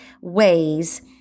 ways